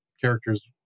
characters